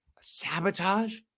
sabotage